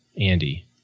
Andy